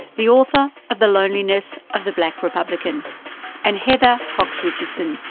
the author of the loneliness of the black republican and heather cox richardson,